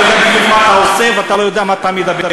אתה לא יודע בדיוק מה אתה עושה ואתה לא יודע מה אתה מדבר.